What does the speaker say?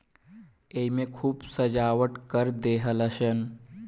एईमे खूब सजावट कर देहलस